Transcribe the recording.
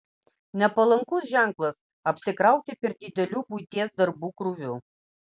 nepalankus ženklas apsikrauti per dideliu buities darbų krūviu